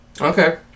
Okay